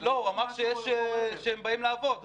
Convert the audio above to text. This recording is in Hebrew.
הוא אמר שהם באים לעבוד.